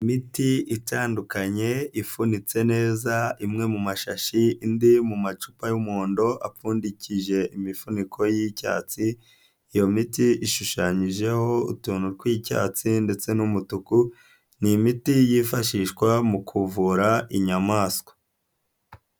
Imiti itandukanye ifunitse neza imwe mu mashashi, indi mu macupa y'umuhondo apfundikije imifuniko y'icyatsi, iyo miti ishushanyijeho utuntu tw'icyatsi ndetse n'umutuku ni imiti yifashishwa mu kuvura inyamaswa.